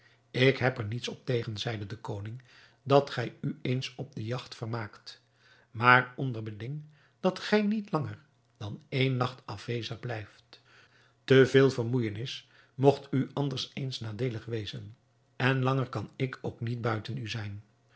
ik heb er niets op tegen zeide de koning dat gij u eens op de jagt vermaakt maar onder beding dat gij niet langer dan één nacht afwezig blijft te veel vermoeijenis mogt u anders eens nadeelig wezen en langer kan ik ook niet buiten u zijn